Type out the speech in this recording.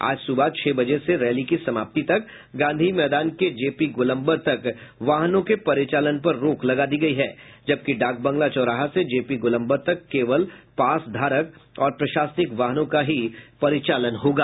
आज सुबह छह बजे से रैली की समाप्ति तक गांधी मैदान के जे पी गोलम्बर तक वाहनों के परिचालन पर रोक लगा दी गयी है जबकि डाकबंगला चौराहा से जे पी गोलम्बर तक केवल पास धारक और प्रशासनिक वाहनों का ही परिचालन होगा